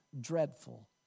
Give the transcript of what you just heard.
dreadful